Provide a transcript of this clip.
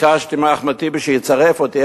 ביקשתי מאחמד טיבי שיצרף אותי,